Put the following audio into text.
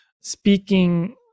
speaking